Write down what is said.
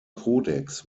kodex